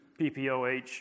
PPOH